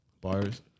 Bars